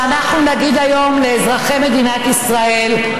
שאנחנו נגיד היום לאזרחי מדינת ישראל: